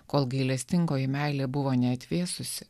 kol gailestingoji meilė buvo neatvėsusi